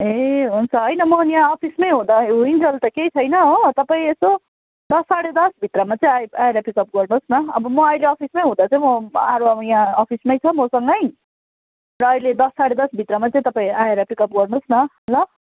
ए हुन्छ होइन म यहाँ अफिसमै हुँदा होइन्जेल त केही छैन हो तपाईँ यसो दस साढे दसभित्रमा चाहिँ आई आएर पिकअप गर्नुहोस् न अब म अहिले अफिसमै हुँदा चाहिँ म आरोह यहाँ अफिसमै छ मसँगै र अहिले दस साढे दसभित्रमा चाहिँ तपाईँ आएर पिकअप गर्नुहोस् न ल